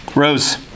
Rose